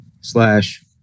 slash